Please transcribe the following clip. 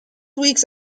weeks